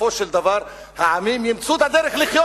ובסופו של דבר העמים ימצאו את הדרך לחיות,